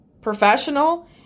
professional